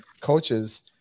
coaches